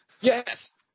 Yes